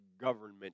government